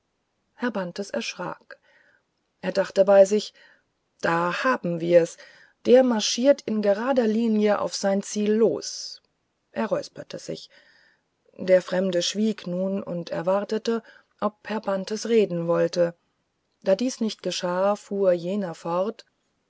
herr bantes erschrak er dachte bei sich da haben wir's der marschiert in gerader linie auf sein ziel los er räusperte sich der fremde schwieg nun und erwartete ob herr bantes reden wollte da dies nicht geschah fuhr jener fort